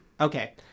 Okay